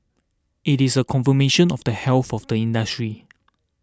it is a confirmation of the health of the industry